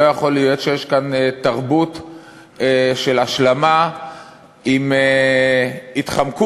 לא יכול להיות שיש כאן תרבות של השלמה עם התחמקות,